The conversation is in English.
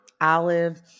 olive